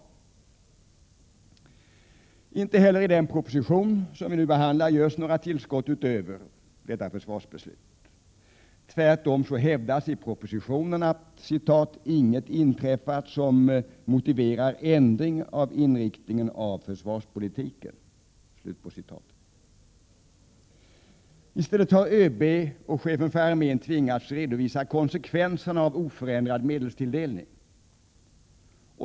Inte heller i den proposition som vi nu behandlar syns några tillskott utöver 1987 års försvarsbeslut. Tvärtom hävdas i propositionen att ”inget inträffat som motiverar ändring av inriktningen av försvarspolitiken”. I stället har överbefälhavaren och chefen för armén tvingats redovisa konsekvensen av oförändrad medelstilldelning.